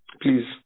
Please